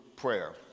prayer